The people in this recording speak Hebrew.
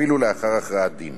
אפילו לאחר הכרעת הדין.